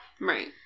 Right